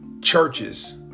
churches